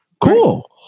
Cool